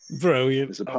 Brilliant